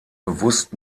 bewusst